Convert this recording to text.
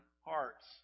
hearts